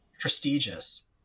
prestigious